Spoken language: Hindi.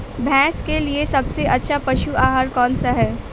भैंस के लिए सबसे अच्छा पशु आहार कौन सा है?